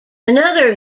another